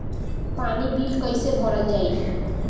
पानी बिल कइसे भरल जाई?